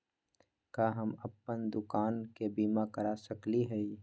का हम अप्पन दुकान के बीमा करा सकली हई?